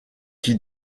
qui